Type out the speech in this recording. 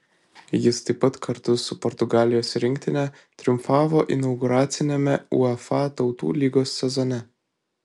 jis taip pat kartu su portugalijos rinktine triumfavo inauguraciniame uefa tautų lygos sezone